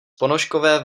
ponožkové